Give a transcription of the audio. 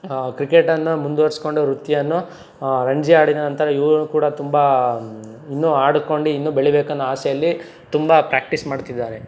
ಕ್ರಿಕೆಟನ್ನು ಮುಂದುವರ್ಸ್ಕೊಂಡು ವೃತ್ತಿಯನ್ನು ರಣಜಿ ಆಡಿದ ನಂತರ ಇವರೂ ಕೂಡ ತುಂಬ ಇನ್ನೂ ಆಡ್ಕೊಂಡು ಇನ್ನೂ ಬೆಳಿಬೇಕನ್ನೋ ಆಸೆಯಲ್ಲಿ ತುಂಬ ಪ್ರ್ಯಾಕ್ಟಿಸ್ ಮಾಡ್ತಿದ್ದಾರೆ